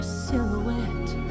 silhouette